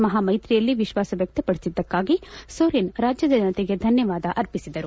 ಮಹಾ ಮೈತ್ರಿಯಲ್ಲಿ ವಿಶ್ವಾಸ ವ್ಯಕ್ತಪಡಿಸಿದ್ದಕ್ಕಾಗಿ ಸೋರೇನ್ ರಾಜ್ಯದ ಜನತೆಗೆ ಧನ್ಯವಾದ ಅರ್ಪಿಸಿದರು